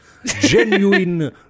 genuine